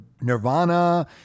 Nirvana